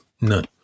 None